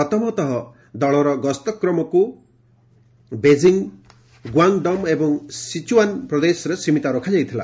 ପ୍ରଥମତଃ ଦଳର ଗସ୍ତକ୍ରମକୁ ବେଜିଂ ଗୁଆଙ୍ଗ୍ଡମ୍ ଏବଂ ସିଚୁଆନ୍ ପ୍ରଦେଶରେ ସୀମିତ ରଖାଯାଇଥିଲା